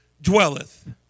dwelleth